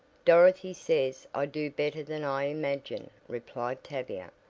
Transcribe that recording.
dorothy says i do better than i imagine, replied tavia.